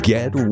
Get